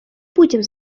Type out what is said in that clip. будем